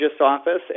office